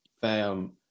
fam